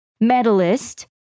medalist